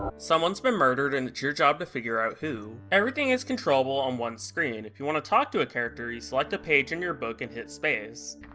someone's been murdered and it's your job to figure out who. everything is controllable on one screen. if you want to talk to a character, you select a page in your book and hit space.